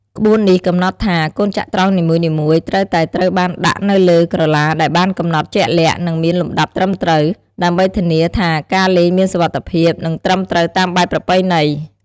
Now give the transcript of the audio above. ក្បួននេះកំណត់ថា កូនចត្រង្គនីមួយៗត្រូវតែត្រូវបានដាក់នៅលើក្រឡាដែលបានកំណត់ជាក់លាក់ និងមានលំដាប់ត្រឹមត្រូវ ដើម្បីធានាថាការលេងមានសុវត្ថិភាព និងត្រឹមត្រូវតាមបែបប្រពៃណី។